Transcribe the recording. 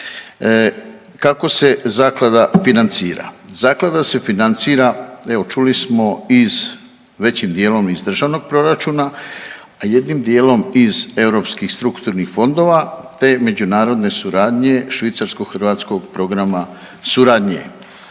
Kako se zaklada financira? Zaklada se financira, evo čuli smo većim dijelom iz državnog proračuna, a jednim dijelom iz europskih strukturnih fondova te međunarodne suradnje Švicarsko-hrvatskog programa suradnje.